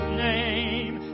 name